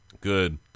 good